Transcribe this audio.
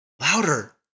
louder